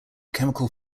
chemical